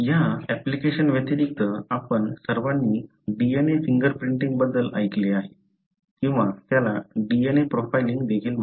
या अँप्लिकेशन व्यतिरिक्त आपण सर्वांनी DNA फिंगरप्रिंटिंग बद्दल ऐकले आहे किंवा त्याला DNA प्रोफाइलिंग देखील म्हणतात